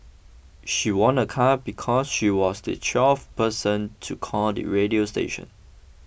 she won a car because she was the twelfth person to call the radio station